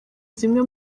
zimwe